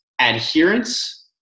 adherence